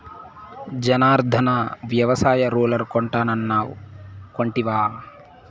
జనార్ధన, వ్యవసాయ రూలర్ కొంటానన్నావ్ కొంటివా